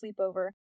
sleepover